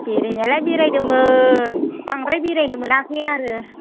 बेरायनायालाय बेरायदोंमोन बांद्राय बेरायनो मोनाखै आरो